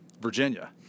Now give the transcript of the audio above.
Virginia